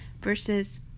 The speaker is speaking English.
versus